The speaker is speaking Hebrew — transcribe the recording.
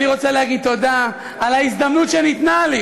אני רוצה להגיד תודה על ההזדמנות שניתנה לי